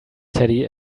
teddy